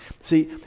See